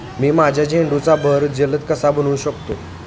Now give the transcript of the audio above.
मी माझ्या झेंडूचा बहर जलद कसा बनवू शकतो?